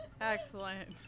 Excellent